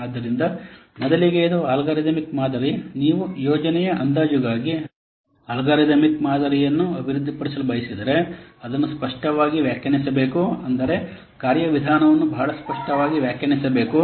ಆದ್ದರಿಂದ ಮೊದಲಿಗೆ ಇದು ಅಲ್ಗಾರಿದಮಿಕ್ ಮಾದರಿ ನೀವು ಯೋಜನೆಯ ಅಂದಾಜುಗಾಗಿ ಅಲ್ಗಾರಿದಮಿಕ್ ಮಾದರಿಯನ್ನು ಅಭಿವೃದ್ಧಿಪಡಿಸಲು ಬಯಸಿದರೆ ಅದನ್ನು ಸ್ಪಷ್ಟವಾಗಿ ವ್ಯಾಖ್ಯಾನಿಸಬೇಕು ಅಂದರೆ ಕಾರ್ಯವಿಧಾನವನ್ನು ಬಹಳ ಸ್ಪಷ್ಟವಾಗಿ ವ್ಯಾಖ್ಯಾನಿಸಬೇಕು